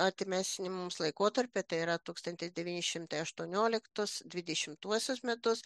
artimesnį mums laikotarpį tai yra tūkstantis devyni šimtai aštuonioliktus dvidešimtuosius metus